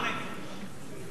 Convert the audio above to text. אני נגד העלאת מע"מ.